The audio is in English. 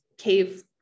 cave